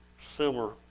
similar